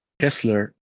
Kessler